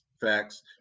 facts